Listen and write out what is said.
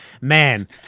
man